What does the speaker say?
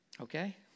Okay